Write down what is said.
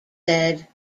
said